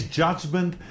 judgment